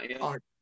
art